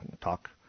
talk